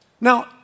Now